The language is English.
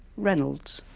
reynolds.